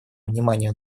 вниманию